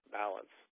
balance